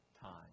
time